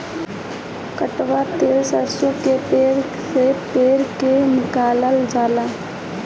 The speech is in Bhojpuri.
कड़ुआ तेल सरसों के बिया से पेर के निकालल जाला